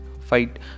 fight